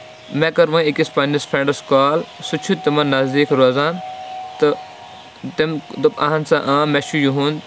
مےٚ کٔر وۄنۍ أکِس پٕننِس فرینڈس کال سُہ چھُ تِمن نَزدیٖک روزان تہٕ تٔمۍ دوٚپ اَہن سا آ مےٚ چھُ یِہُند